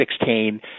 2016